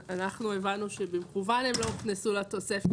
אנחנו הבנו שבמכוון הם לא הוכנסו לתוספת,